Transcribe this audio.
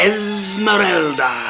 Esmeralda